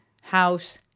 house